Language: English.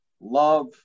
love